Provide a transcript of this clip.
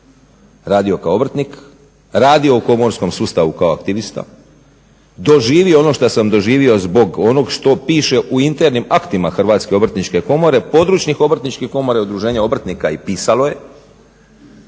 radio kao obrtnik, radio u komorskom sustavu kao aktivista, doživio ono što sam doživio zbog onog što piše u internim aktima Hrvatske obrtničke komore, područnih obrtničkih komora i udruženja obrtnika. I pisalo je